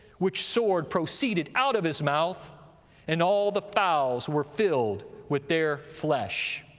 which sword proceeded out of his mouth and all the fowls were filled with their flesh.